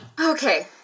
Okay